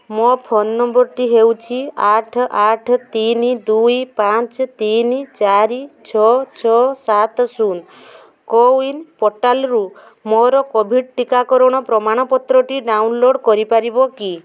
ମୋ ଫୋନ୍ ନମ୍ବରଟି ହେଉଛି ଆଠ ଆଠ ତିନି ଦୁଇ ପାଞ୍ଚ ତିନି ଚାରି ଛଅ ଛଅ ସାତ ଶୂନ କୋୱିନ୍ ପୋର୍ଟାଲ୍ରୁ ମୋର କୋଭିଡ଼୍ ଟିକାକରଣ ପ୍ରମାଣପତ୍ରଟି ଡାଉନଲୋଡ଼୍ କରିପାରିବ କି